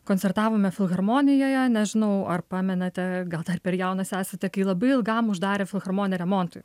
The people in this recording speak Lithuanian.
koncertavome filharmonijoje nežinau ar pamenate gal dar per jaunas esate kai labai ilgam uždarė filharmoniją remontui